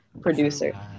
producer